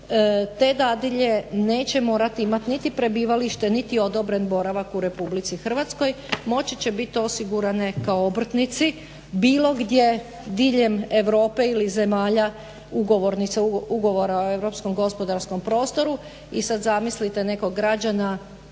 te dadilje neće morati imati niti prebivalište niti odobren boravak u RH, moći će biti osigurane kao obrtnici bilo gdje diljem Europe ili zemalja ugovornica Ugovora o europskom gospodarskom prostoru. I sad zamislite nekog građana